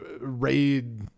raid